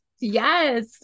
Yes